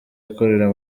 akorera